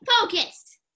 focused